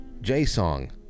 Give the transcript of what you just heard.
J-Song